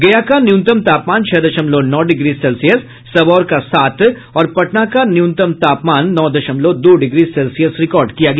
गया का न्यूनतम तापमान छह दशमलव नौ डिग्री सेल्सियस सबौर का सात और पटना का न्यूनतम तापमान नौ दशमलव दो डिग्री सेल्सियस रिकार्ड किया गया